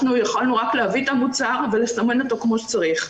אנחנו יכולנו רק להביא את המוצר ולסמן אותו כמו שצריך.